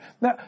Now